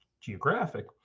geographic